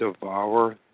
devour